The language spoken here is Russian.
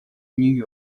нью